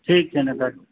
ठीक छै नेताजी